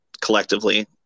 collectively